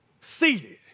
seated